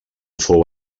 fou